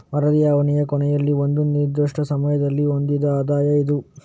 ವರದಿಯ ಅವಧಿಯ ಕೊನೆಯಲ್ಲಿ ಒಂದು ನಿರ್ದಿಷ್ಟ ಸಮಯದಲ್ಲಿ ಹೊಂದಿದ ಆದಾಯ ಇದು